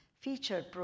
featured